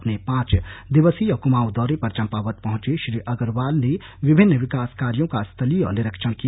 अपने पांच दिवसीय कमाऊं दौरे पर चंपावत पहुंचे श्री अग्रवाल ने विभिन विकास कार्यों का स्थलीय निरीक्षण किया